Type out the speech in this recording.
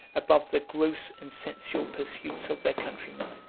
above the gross and sensual pursuits of their countrymen,